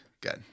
Good